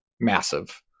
massive